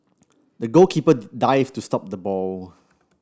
the goalkeeper dived to stop the ball